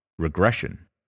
Regression